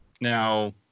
Now